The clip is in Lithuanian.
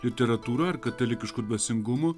literatūra ar katalikiško dvasingumo